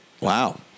Wow